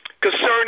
concerning